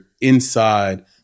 inside